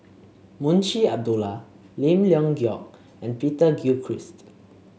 Munshi Abdullah Lim Leong Geok and Peter Gilchrist